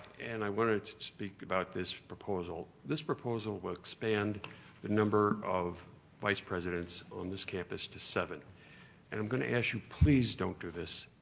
and i wanted to speak about this proposal. this proposal will expand the number of vice presidents on this campus to seven and i'm going to ask you please don't do this.